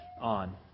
on